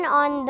on